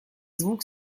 звук